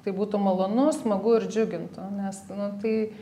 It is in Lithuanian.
tai būtų malonu smagu ir džiugintų nes nu tai